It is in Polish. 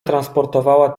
transportowała